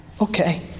Okay